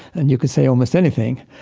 and you could say almost anything.